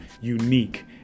unique